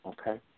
Okay